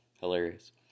hilarious